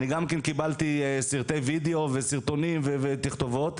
אני גם כן קיבלתי סרטי וידאו וסרטונים ותכתובות,